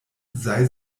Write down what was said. sei